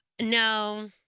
No